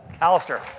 Alistair